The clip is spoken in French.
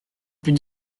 plus